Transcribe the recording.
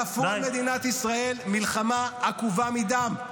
-- כפו על מדינת ישראל מלחמה עקובה מדם.